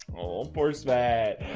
oh force mad,